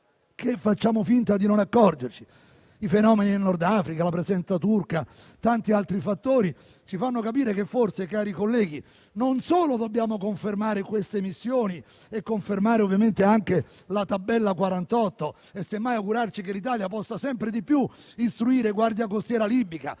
che facciamo finta di non accorgercene. I fenomeni del Nord Africa, la presenza turca e tanti altri fattori ci fanno capire che forse, cari colleghi, non solo dobbiamo confermare queste missioni e ovviamente anche la scheda n. 48, ma semmai augurarci che l'Italia possa istruire sempre di più la Guardia costiera libica